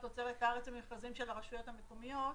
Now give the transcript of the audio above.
לתוצרת הארץ במכרזים של הרשויות המקומיות.